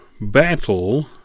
battle